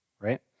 Right